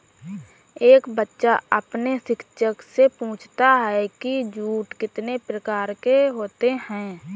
एक बच्चा अपने शिक्षक से पूछता है कि जूट कितने प्रकार के होते हैं?